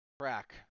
track